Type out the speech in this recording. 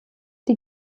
die